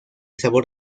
sabor